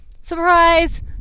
Surprise